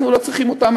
אנחנו לא צריכים אותם,